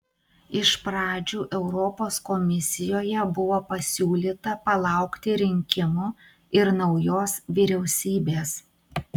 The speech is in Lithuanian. iš pradžių europos komisijoje buvo pasiūlyta palaukti rinkimų ir naujos vyriausybės